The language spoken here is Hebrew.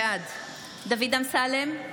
בעד דוד אמסלם,